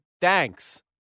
thanks